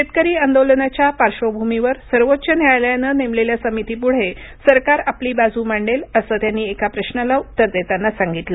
शेतकरी आंदोलनाच्या पार्श्र्वभूमीवर सर्वोच्च न्यायालयानं नेमलेल्या समितीपुढे सरकार आपली बाजू मांडेल असं त्यांनी एका प्रश्नाला उत्तर देताना सांगितलं